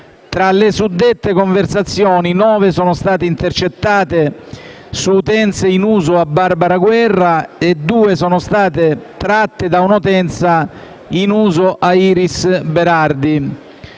Tra le suddette conversazioni, nove sono state intercettate su utenze in uso a Barbara Guerra e due sono state tratte da un'utenza in uso a Iris Berardi.